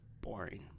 boring